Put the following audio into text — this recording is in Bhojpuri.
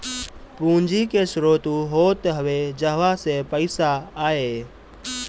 पूंजी के स्रोत उ होत हवे जहवा से पईसा आए